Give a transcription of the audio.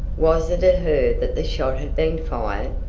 was it at her that the shot had been fired?